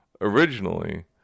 originally